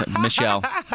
Michelle